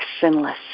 sinless